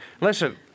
Listen